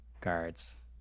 guards